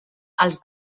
als